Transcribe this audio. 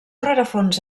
rerefons